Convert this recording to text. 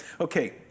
okay